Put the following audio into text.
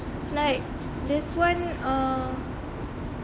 like this one uh